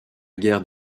guerre